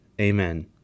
Amen